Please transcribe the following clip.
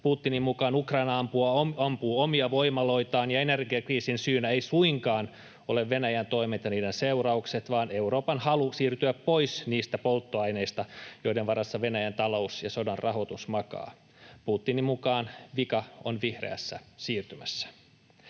Putinin mukaan Ukraina ampuu omia voimaloitaan ja energiakriisin syynä eivät suinkaan ole Venäjän toimet ja niiden seuraukset, vaan Euroopan halu siirtyä pois niistä polttoaineista, joiden varassa Venäjän talous ja sodan rahoitus makaavat. Putinin mukaan vika on vihreässä siirtymässä.